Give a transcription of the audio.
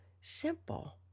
simple